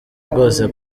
rwose